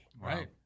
Right